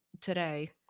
today